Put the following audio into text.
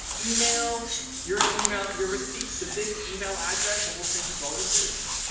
email your ah email your receipt to this email address, and we'll send you bonuses,